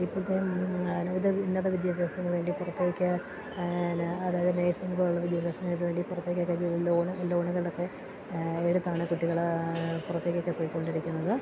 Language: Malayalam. ഇപ്പോളത്തെ വിവിധ ഉന്നത വിദ്യാഭ്യാസത്തിന് വേണ്ടി പുറത്തേക്ക് എന്നാ അതായത് നേഴ്സിംഗ് പോലുള്ള വിദ്യാഭ്യാസത്തിന് വേണ്ടി പുറത്തേക്കൊക്കെ ലോണ് ലോണുകളൊക്കെ എടുത്താണ് കുട്ടികള് പുറത്തേക്കൊക്കെ പോയിക്കൊണ്ടിരിക്കുന്നത്